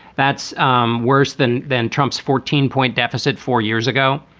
that's um worse than than trump's fourteen point deficit four years ago.